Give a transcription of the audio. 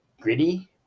gritty